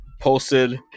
posted